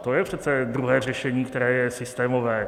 To je přece druhé řešení, které je systémové.